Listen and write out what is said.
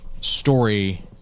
story